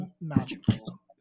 magical